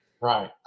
Right